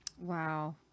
Wow